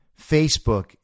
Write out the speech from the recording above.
Facebook